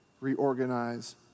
reorganize